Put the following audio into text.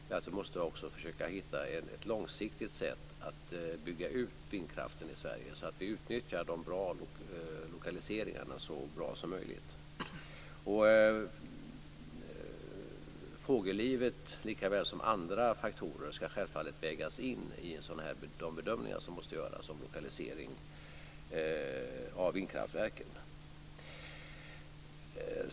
Därför måste vi också försöka hitta ett långsiktigt sätt att bygga ut vindkraften i Sverige, så att vi utnyttjar de bra lokaliseringarna så bra som möjligt. Fågellivet lika väl som andra faktorer ska självfallet vägas in i de bedömningar som måste göras vid lokalisering av vindkraftverken.